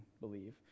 believe